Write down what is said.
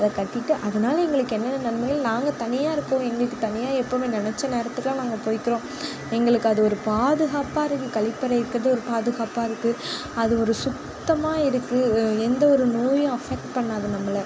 அதை கட்டிட்டு அதனால் எங்களுக்கு என்னென்ன நன்மை நாங்கள் தனியாக இருக்கோம் எங்களுக்கு தனியாக எப்போதுமே நினச்ச நேரத்துக்குலாம் நாங்கள் போய்க்கிறோம் எங்களுக்கு அது ஒரு பாதுகாப்பாக இருக்குது கழிப்பறை இருக்கிறது ஒரு பாதுகாப்பாக இருக்குது அது ஒரு சுத்தமாக இருக்குது எந்த ஒரு நோயும் அஃபெக்ட் பண்ணாது நம்மளை